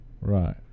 Right